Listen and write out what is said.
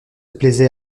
plaisait